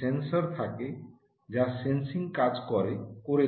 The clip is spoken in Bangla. সেন্সর আছে যা সেন্সিং কাজ করে